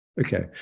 Okay